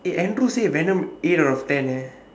eh andrew say venom eight out of ten leh